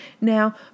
Now